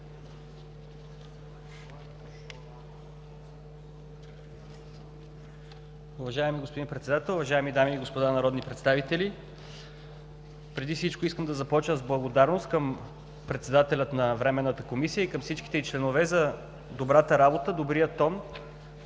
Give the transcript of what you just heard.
Уважаеми господин Председател, уважаеми дами и господа народни представители! Преди всичко искам да започна с благодарност към председателя на Временната комисия и към всичките й членове за добрата работа, добрия тон,